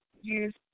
use